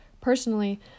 Personally